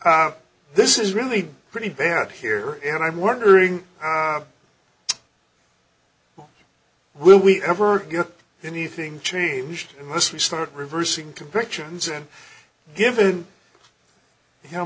and this is really pretty bad here and i'm wondering will we ever get anything changed unless we start reversing convictions and given